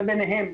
זה ביניהם.